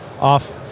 off